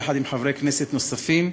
יחד עם חברי כנסת נוספים,